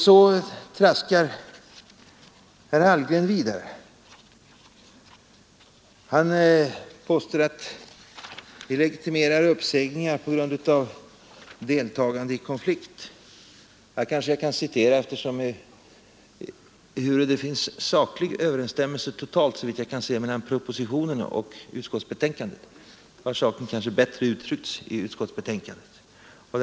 Så traskar herr Hallgren vidare. Han påstod att vi legitimerar uppsägningar på grund av deltagande i konflikt. Eftersom det såvitt jag kan se föreligger saklig överensstämmelse mellan propositionen och utskottets betänkande kan jag citera från utskottsbetänkandet.